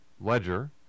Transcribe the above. ledger